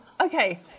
okay